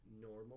normal